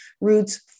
roots